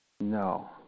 No